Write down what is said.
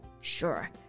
Sure